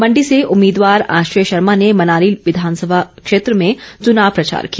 मण्डी से उम्मीदवार आश्रय शर्मा ने मनाली विधानसभा क्षेत्र में चुनाव प्रचार किया